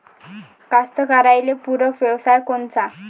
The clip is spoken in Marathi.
कास्तकाराइले पूरक व्यवसाय कोनचा?